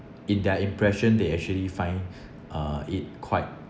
in their impression they actually find uh it quite